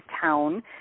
town